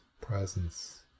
presence